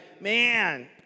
man